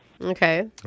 Okay